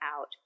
out